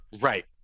Right